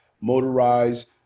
motorized